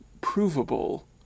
provable